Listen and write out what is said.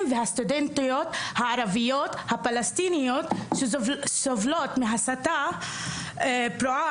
והסטודנטיות הערבים הפלסטיניים שסובלים מהסתה פרועה